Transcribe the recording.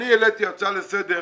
אני העליתי הצעה לסדר,